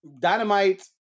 Dynamite